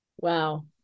Wow